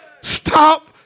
Stop